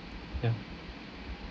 ya